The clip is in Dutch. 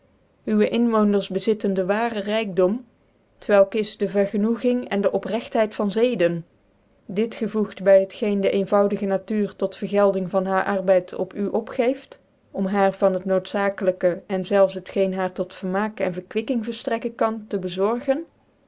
uwe inwoonden bezitten dc waarc rykdom t welk is dc vergenoeging en de oprcgtlicid van zeden dit gevoegt by het geen dc eenvoudige natuur tot vergelding van baar arbeid op u opgeeft om baar van bet noodzakelijke cii zelfs bet geen haar tot vermaak en verquikking verftrekken kan te bezorgen